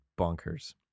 bonkers